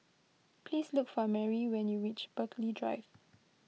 please look for Marry when you reach Burghley Drive